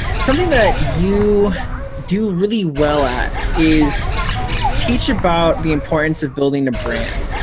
something that you do really well at is teach about the importance of building a brand.